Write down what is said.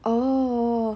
oh